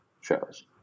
shows